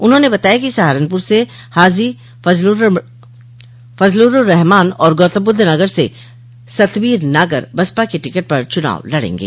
उन्होंने बताया कि सहारनपुर से हाजी फजर्लुरहमान और गौतमबुद्धनगर से सतबीर नागर बसपा के टिकट पर चुनाव लड़ेंगे